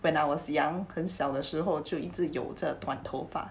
when I was young 很小的时候就一直有着短头发